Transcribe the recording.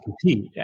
compete